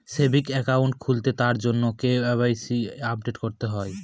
savings account খুললে তার জন্য কে.ওয়াই.সি আপডেট করতে হয়